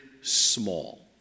small